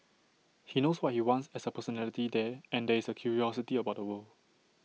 he knows what he wants as A personality there and there is A curiosity about the world